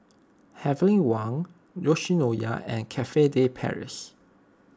Heavenly Wang Yoshinoya and Cafe De Paris